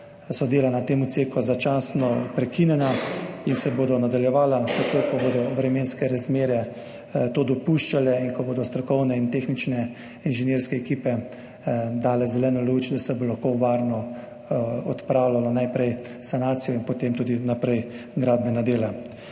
dela na tem odseku začasno prekinjena in se bodo nadaljevala, takoj ko bodo vremenske razmere to dopuščale in ko bodo strokovne in tehnične inženirske ekipe dale zeleno luč, da se bo lahko varno opravljalo najprej sanacijo in potem tudi naprej gradbena dela.